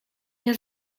nie